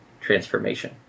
transformation